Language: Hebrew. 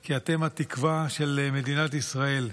כי אתם התקווה של מדינת ישראל.